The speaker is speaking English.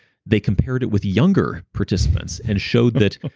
they compared it with younger participants and showed that,